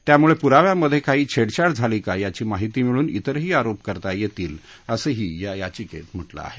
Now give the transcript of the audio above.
त्यामुळे पुराव्यांमधे काही छेडछाड झाली का याची माहिती मिळून त्विरही आरोप करता येतील असंही या याचिकेत म्हटलं आहे